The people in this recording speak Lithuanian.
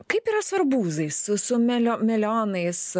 kaip yra su arbūzais su su me melionais